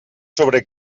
sobre